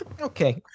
Okay